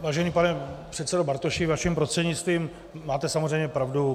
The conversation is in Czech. Vážený pane předsedo Bartoši, vaším prostřednictvím, máte samozřejmě pravdu.